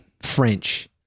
French